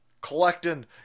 Collecting